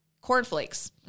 cornflakes